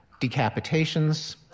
decapitations